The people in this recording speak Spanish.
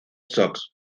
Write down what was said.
sox